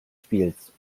spiels